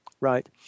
Right